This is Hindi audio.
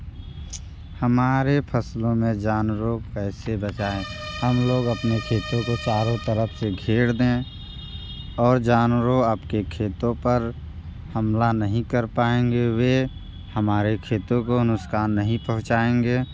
हमारे फ़सलों में जानवरों कैसे बचाएँ हम लोग अपने खेतों को चारों तरफ़ से घेर दें और जानवरों आपके खेतों पर हमला नहीं कर पाएंगे वे हमारे खेतों को नुकसान नहीं पहुँचाएंगे